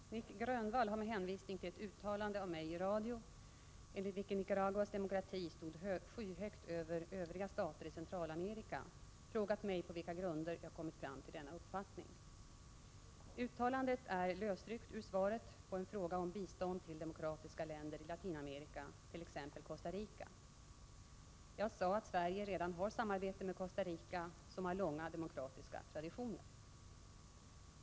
Herr talman! Nic Grönvall har med hänvisning till ett uttalande av mig i radio enligt vilket Nicaraguas demokrati ”stod skyhögt över övriga stater i Centralamerika” frågat mig på vilka grunder jag kommit fram till denna uppfattning. Uttalandet är lösryckt ur svaret på en fråga om bistånd till demokratiska länder i Latinamerika, t.ex. Costa Rica. Jag sade att Sverige redan har samarbete med Costa Rica, som har långa demokratiska traditioner.